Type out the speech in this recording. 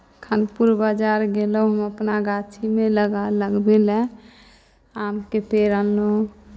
खानपुर बाजार गेलहुँ हम अपना गाछीमे लगा लगबै लए आमके पेड़ अनलहुँ